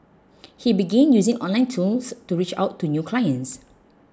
he began using online tools to reach out to new clients